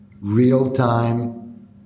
real-time